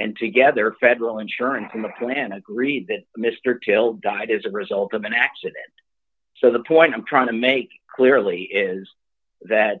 and together federal insurance in the plan agreed that mr till died as a result of an accident so the point i'm trying to make clearly is that